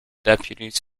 deputies